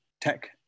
tech